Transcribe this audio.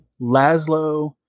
Laszlo